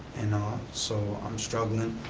and so i'm struggling,